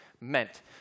meant